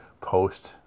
post